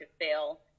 fail